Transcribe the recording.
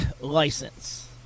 license